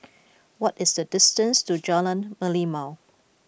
what is the distance to Jalan Merlimau